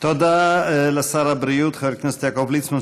תודה לשר הבריאות חבר הכנסת יעקב ליצמן,